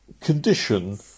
condition